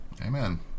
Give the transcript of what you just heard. Amen